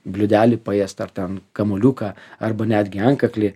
bliūdelį paėst ar ten kamuoliuką arba netgi antkaklį